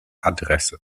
adresse